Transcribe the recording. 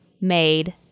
made